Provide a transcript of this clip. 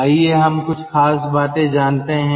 आइए हम कुछ खास बातें जानते हैं